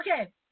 Okay